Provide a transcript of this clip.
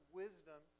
wisdom